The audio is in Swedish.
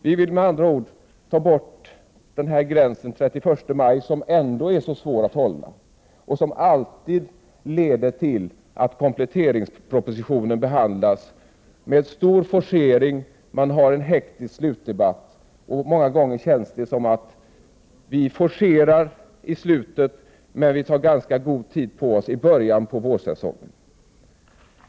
Vi vill med andra ord ta bort gränsen den 31 maj, som ändå är så svår att hålla och som alltid leder till att kompletteringspropositionen behandlas med stor forcering. Vi har en hektisk slutdebatt, och det känns många gånger som att vi forcerar i slutet, medan vi tar ganska god tid på oss i början av vårsessionen.